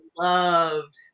loved